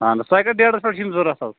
اَہن حظ تۄہہِ کتھ ڈیٹس پیٚٹھ چھُو یِم ضروٗرت حظ